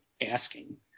asking